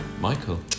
Michael